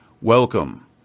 Welcome